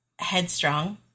headstrong